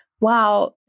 wow